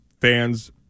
fans